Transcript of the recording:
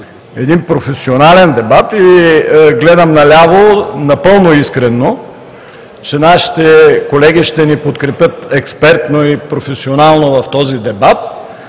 професионален дебат – гледам наляво, напълно искрено, че нашите колеги ще ни подкрепят експертно и професионално в този дебат,